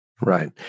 Right